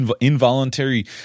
involuntary